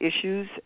issues